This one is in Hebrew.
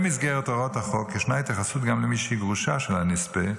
במסגרת הוראות החוק ישנה התייחסות גם למי שהיא הגרושה של הנספה,